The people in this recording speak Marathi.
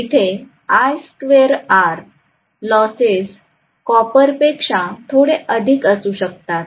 इथे लॉसेस कॉपर पेक्षा थोडे अधिक असू शकतात